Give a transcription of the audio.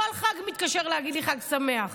כל חג מתקשר להגיד לי חג שמח.